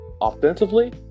offensively